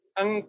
ang